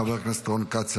חבר הכנסת רון כץ,